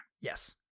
Yes